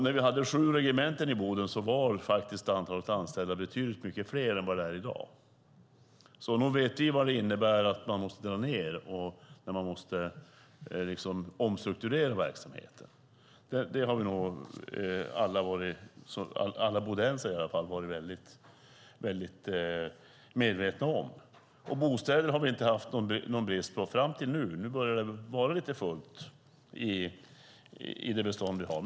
När vi hade sju regementen i Boden var antalet anställda betydligt större än det är i dag. Nog vet vi vad det innebär att behöva dra ned och omstrukturera verksamheten. Detta har nog alla bodensare varit väl medvetna om. Bostäder har vi inte haft någon brist på tidigare, men nu börjar det bli lite fullt i det bestånd vi har.